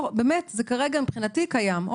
כרגע מבחינתי הם קיימים.